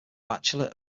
bachelor